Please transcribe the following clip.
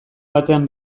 batean